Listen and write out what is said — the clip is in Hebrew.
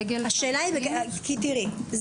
הדגל הפלסטיני --- תראי,